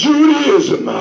Judaism